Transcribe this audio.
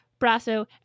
Brasso